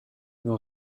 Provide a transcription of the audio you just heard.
nur